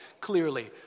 clearly